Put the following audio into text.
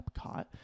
Epcot